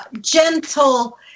gentle